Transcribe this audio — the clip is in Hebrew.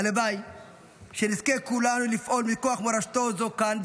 הלוואי שנזכה כולנו לפעול מכוח מורשתו זו כאן,